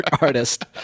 artist